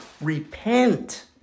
Repent